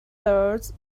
thirds